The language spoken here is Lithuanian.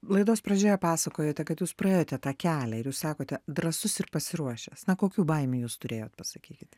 laidos pradžioje pasakojote kad jūs praėjote tą kelią ir jūs sakote drąsus ir pasiruošęs kokių baimių jūs turėjot pasakykit